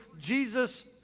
Jesus